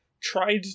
tried